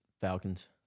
Falcons